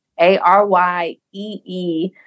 A-R-Y-E-E